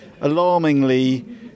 alarmingly